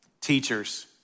Teachers